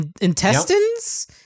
intestines